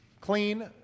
clean